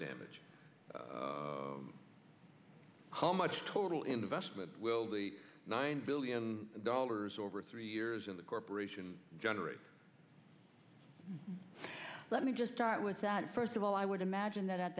damage how much total investment will the nine billion dollars over three years in the corporation generate let me just start with that first of all i would imagine that